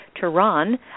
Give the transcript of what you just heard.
Tehran